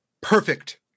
Perfect